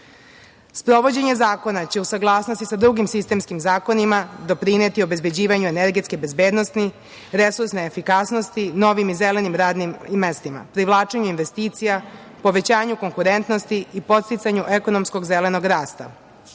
Pariza. Sprovođenje zakona će u saglasnosti sa drugim sistemskim zakonima doprineti obezbeđivanju energetske bezbednosti, resursne efikasnosti, novim i zelenim radnim mestima, privlačenju investicija, povećanju konkurentnosti i podsticanju ekonomskog zelenog rasta,